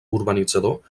urbanitzador